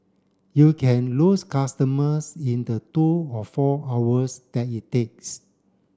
you can lose customers in the two or four hours that it takes